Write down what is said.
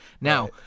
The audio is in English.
Now